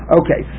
okay